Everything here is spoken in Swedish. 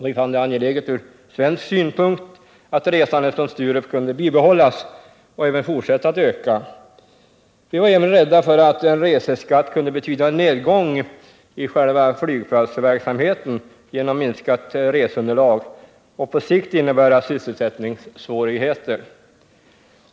Vi fann det angeläget från svensk synpunkt att resandet från Sturup kunde bibehållas och även fortsätta att öka. Dessutom var vi rädda för att en reseskatt kunde betyda en nedgång i själva flygplatsverksamheten genom minskat reseunderlag och att detta på sikt skulle innebära sysselsättningssvårigheter.